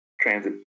transit